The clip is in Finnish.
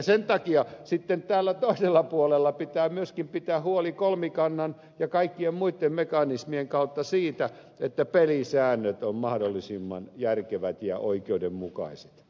sen takia sitten täällä toisella puolella pitää myöskin pitää huoli kolmikannan ja kaikkien muitten mekanismien kautta siitä että pelisäännöt ovat mahdollisimman järkevät ja oikeudenmukaiset